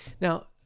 Now